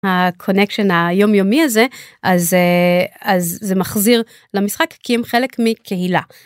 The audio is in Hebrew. קונקשן היומיומי הזה אז זה אז זה מחזיר למשחק כי הם חלק מקהילה.